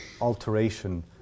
alteration